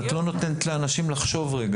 את לא נותנת לאנשים לחשוב רגע.